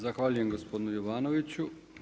Zahvaljujem gospodinu Jovanoviću.